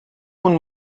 اون